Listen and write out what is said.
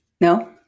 No